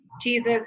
Jesus